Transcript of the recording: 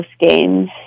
games